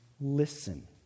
listen